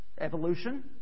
evolution